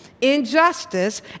Injustice